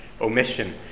omission